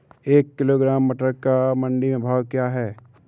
एक किलोग्राम टमाटर का मंडी में भाव क्या है?